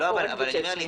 יש